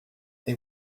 they